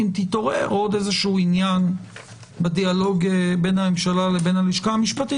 אם יתעורר עוד איזשהו עניין בדיאלוג בין הממשלה לבין הלשכה המשפטית,